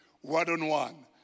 one-on-one